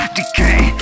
decay